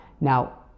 Now